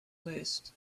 list